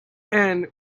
end